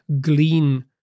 glean